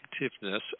effectiveness